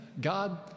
God